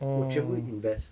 我全部 invest